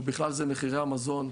ובכלל זה מחירי המזון,